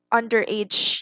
underage